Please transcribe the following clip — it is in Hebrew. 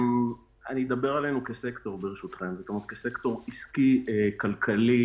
אני אדבר עלינו כסקטור עסקי כלכלי